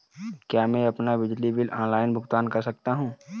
क्या मैं अपना बिजली बिल ऑनलाइन भुगतान कर सकता हूँ?